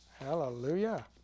hallelujah